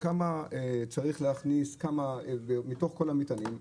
כמה צריך להכניס מתוך כל המטענים,